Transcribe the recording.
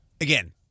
Again